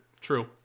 True